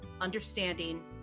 understanding